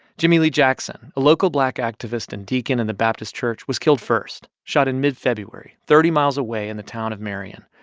jimmie lee jackson, a local black activist and deacon in the baptist church, was killed first, shot in mid-february, thirty miles away in the town of marion.